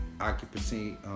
occupancy